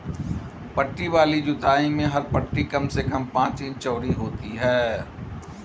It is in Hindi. पट्टी वाली जुताई में हर पट्टी कम से कम पांच इंच चौड़ी होती है